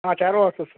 శారువా వస్తుంది సార్